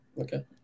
Okay